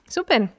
Super